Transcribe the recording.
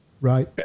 right